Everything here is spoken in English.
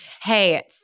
Hey